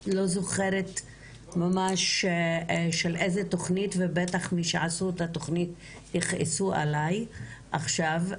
אני לא זוכרת ממש באיזה תכנית ובטח מי שעשו את התכנית יכעסו עליי עכשיו,